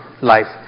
life